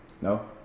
No